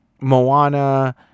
Moana